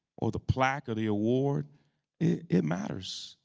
or the plaque, or the award it matters.